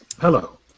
Hello